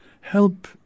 help